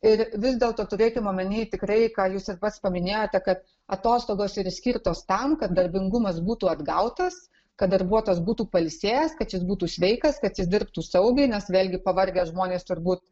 ir vis dėlto turėkim omeny tikrai ką jūs ir pats paminėjot kad atostogos ir skirtos tam kad darbingumas būtų atgautas kad darbuotojas būtų pailsėjęs kad jis būtų sveikas kad jis dirbtų saugiai nes vėlgi pavargę žmonės turbūt